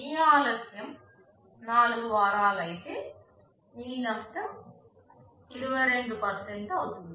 మీ ఆలస్యం 4 వారాలు అయితే మీ నష్టం 22 అవుతుంది